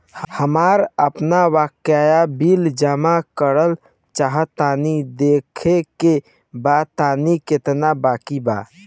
हमरा आपन बाकया बिल जमा करल चाह तनि देखऽ के बा ताई केतना बाकि बा?